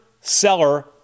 seller